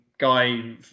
Guy